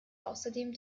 außerdem